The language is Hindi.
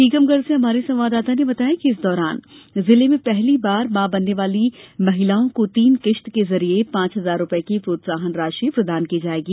टीकमगढ से हमारे संवाददाता ने बताया है कि इस दौरान जिले में पहली बार मां बनने वाली महिलाओ को तीन किश्त के जरिए पांच हजार रूपये की प्रोत्साहन राषि प्रदान की जायेगी